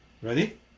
Ready